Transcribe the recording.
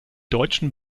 deutschen